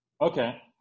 okay